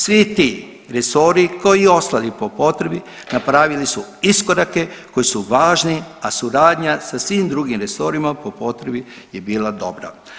Svi ti resori kao i ostali po potrebi napravili su iskorake koji su važni, a suradnja sa svim drugim resorima po potrebi je bila dobra.